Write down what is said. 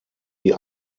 die